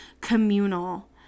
communal